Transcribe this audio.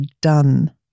done